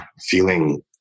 feeling